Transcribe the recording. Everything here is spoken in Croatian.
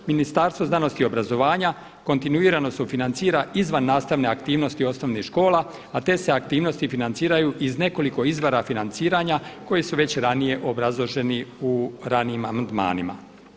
Ministarstvo znanosti, obrazovanja kontinuirano sufinancira izvan nastavne aktivnosti osnovnih škola, a te se aktivnosti financiraju iz nekoliko izvora financiranja koje su već ranije obrazloženi u ranijim amandmanima.